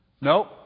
Nope